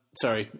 Sorry